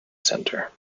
centre